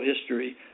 history